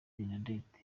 bernadette